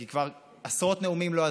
כי כבר עשרות נאומים לא עזרו.